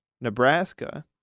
Nebraska